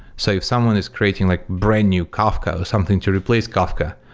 so if someone is creating like brand-new kafka or something to replace kafka,